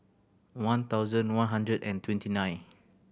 one thousand one hundred and twenty nine